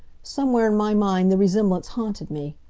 somewhere in my mind the resemblance haunted me.